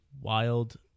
wild